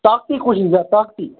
طاقتی کُس چھُ زیادٕ طاقتی